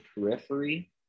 periphery